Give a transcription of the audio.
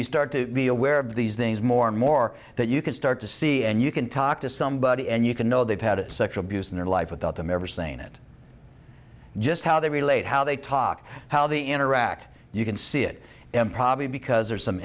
you start to be aware of these things more and more that you can start to see and you can talk to somebody and you can know they've had sexual abuse in their life without them ever seen it just how they relate how they talk how they interact you can see it in probably because there's some